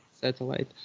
satellite